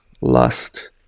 lust